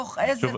כוח עזר,